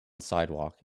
sidewalk